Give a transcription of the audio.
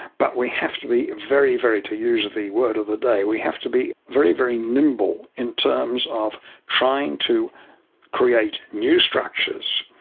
but we have to be very, very, to use the word of the day, we have to be very, very nimble in terms of trying to create new structures,